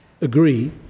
agree